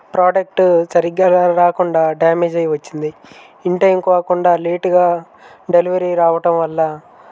product సరిగ్గా రాకుండా damage అయ్యి వచ్చింది ఇన్టైమ్ కాకుండా లేటుగా డెలివరీ రావటం వల్ల